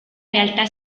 realtà